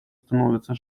становятся